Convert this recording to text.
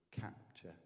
capture